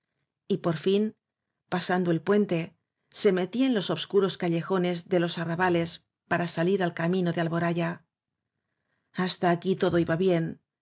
por fin pasando el puente se metía en los obscuros callejones de los arrabales para salir al camino de alboraya hasta aquí todo iba bien